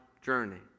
journey